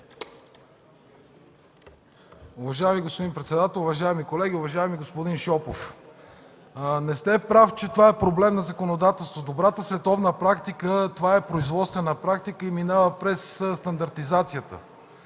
Уважаеми господин председател, уважаеми колеги! Уважаеми господин Шопов, не сте прав, че това е проблем на законодателството. В добрата световна практика това е производствена практика и минава през стандартизацията.